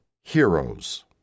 HEROES